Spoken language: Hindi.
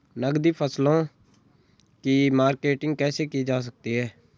नकदी फसलों की मार्केटिंग कैसे की जा सकती है?